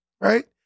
Right